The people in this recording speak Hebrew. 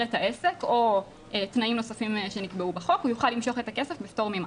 את העסק או תנאים נוספים שנקבעו בחוק הוא יוכל למשוך את הכסף בפטור ממס.